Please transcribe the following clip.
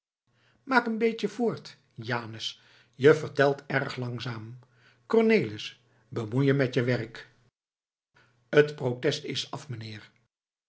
maak een beetje voort janus je vertelt erg langzaam cornelis bemoei je met je werk t protest is af meneer